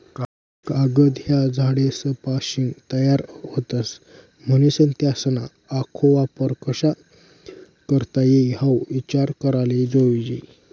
कागद ह्या झाडेसपाशीन तयार व्हतस, म्हनीसन त्यासना आखो वापर कशा करता ई हाऊ ईचार कराले जोयजे